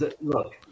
look